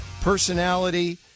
personality